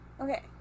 Okay